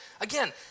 Again